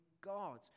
God